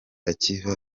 akiva